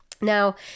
Now